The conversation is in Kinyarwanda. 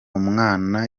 umwana